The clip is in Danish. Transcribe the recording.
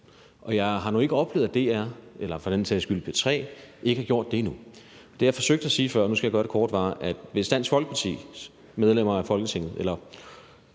Og jeg har nu ikke oplevet, at DR eller for den sags skyld P3 ikke har gjort det endnu. Det, jeg forsøgte at sige før – og nu skal jeg gøre det kort – var, at hvis Dansk Folkepartis medlemmer af Folketinget eller